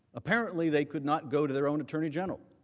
apparently they cannot go to their own attorney general